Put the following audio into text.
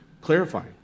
clarifying